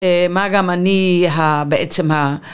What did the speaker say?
מה גם אני ה.. בעצם ה...